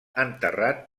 enterrat